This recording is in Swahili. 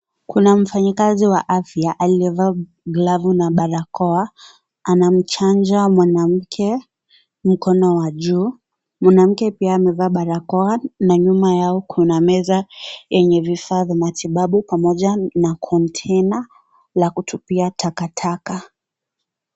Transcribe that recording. Kuna mfanyikazi wa afya aliyevaa glavu na barakoa anamchanja mwanamke mkono wa juu . mwanamke pia amevaa barakoa na nyuma yao kuna meza yenye vifaa vya matibabu pamoja na container ya kutupa takataka.